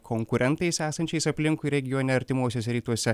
konkurentais esančiais aplinkui regione artimuosiuose rytuose